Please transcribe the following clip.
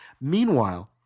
Meanwhile